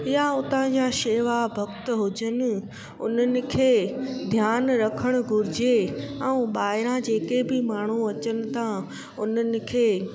या उता जा शेवा भक्त हुजनि उन्हनि खे ध्यानु रखणु घुरिजे ऐं ॿाहिरां जेके बि माण्हू अचनि था उन्हनि खे